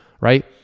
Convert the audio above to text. right